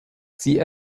sie